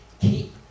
Keep